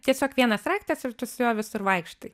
tiesiog vienas raktas ir tu su juo visur vaikštai